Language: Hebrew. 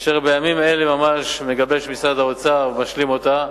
אשר בימים אלה ממש מגבש משרד האוצר, מבשלים אותה.